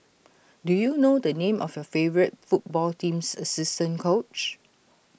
do you know the name of your favourite football team's assistant coach